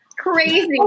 Crazy